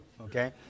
okay